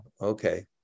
Okay